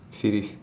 series